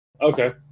Okay